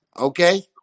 Okay